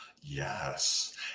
Yes